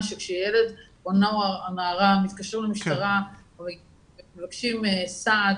שכשילד או נער או נערה מתקשרים למשטרה ומבקשים סעד